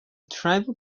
tribal